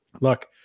look